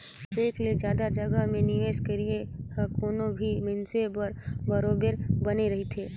एक ले जादा जगहा में निवेस करई ह कोनो भी मइनसे बर बरोबेर बने रहथे